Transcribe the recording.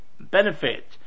benefit